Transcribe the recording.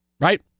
right